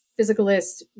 physicalist